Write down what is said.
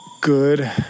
good